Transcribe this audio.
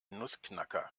nussknacker